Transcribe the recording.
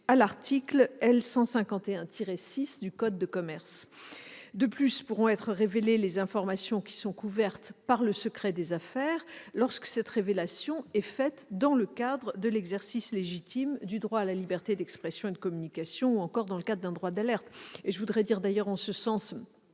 à l'article L. 151-6 du code de commerce. De plus, pourront être révélées les informations qui sont couvertes par le secret des affaires, lorsque cette révélation est faite dans le cadre de l'exercice légitime du droit à la liberté d'expression et de communication ou encore dans le cadre d'un droit d'alerte. Je voudrais d'ailleurs répondre en